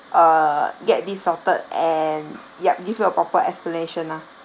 err get this sorted and yup give your proper explanation lah